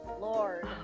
Lord